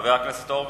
חבר הכנסת הורוביץ?